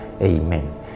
Amen